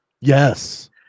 Yes